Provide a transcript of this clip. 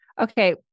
Okay